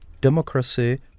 democracy